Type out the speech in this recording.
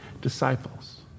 disciples